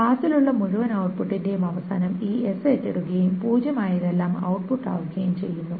പാസിലുള്ള മുഴുവൻ ഔട്ട്പുട്ടിന്റെയും അവസാനം ഈ s ഏറ്റെടുക്കുകയും 0 ആയതെല്ലാം ഔട്ട്പുട്ട് ആകുകയും ചെയ്യുന്നു